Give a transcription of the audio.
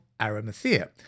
Arimathea